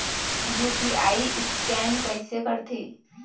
UPI scan कइसे करथे?